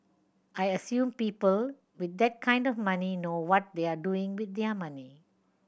I assume people with that kind of money know what they're doing with their money